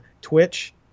Twitch